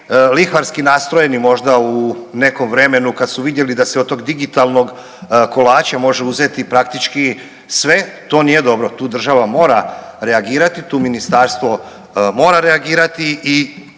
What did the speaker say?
lihvarski nastrojeni možda u nekom vremenu kad su vidjeli da se od tog digitalnog kolača može uzeti praktički sve, to nije dobro, tu država mora reagirati, tu ministarstvo mora reagirati i